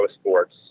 sports